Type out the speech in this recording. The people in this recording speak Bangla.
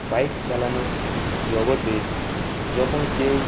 বাইক চালানোর জগতে যখন কেউ